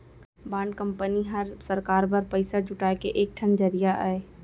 bond company हर सरकार बर पइसा जुटाए के एक ठन जरिया अय